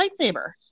lightsaber